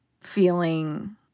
feeling